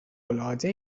العاده